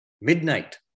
midnight